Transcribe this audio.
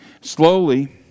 Slowly